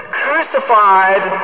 crucified